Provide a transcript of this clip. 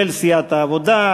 של סיעת העבודה,